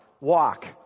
walk